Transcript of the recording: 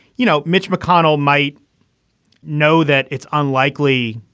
you know, mitch mcconnell might know that it's unlikely.